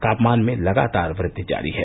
तापमान में लगातार वृद्वि जारी है